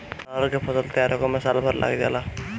अरहर के फसल तईयार होखला में साल भर लाग जाला